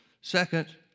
Second